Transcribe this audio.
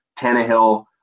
Tannehill